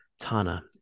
Tana